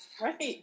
Right